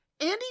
andy